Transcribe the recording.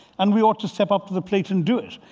and we ought to step up to the plate and do it.